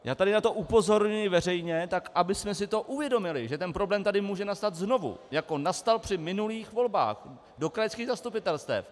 Já tady na to upozorňuji veřejně, tak abychom si to uvědomili, že ten problém tady může nastat znovu, jako nastal při minulých volbách do krajských zastupitelstev.